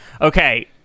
Okay